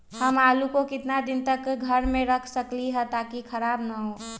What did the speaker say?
हम आलु को कितना दिन तक घर मे रख सकली ह ताकि खराब न होई?